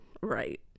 right